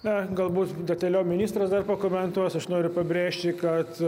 na galbūt detaliau ministras dar pakomentuos aš noriu pabrėžti kad